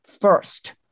first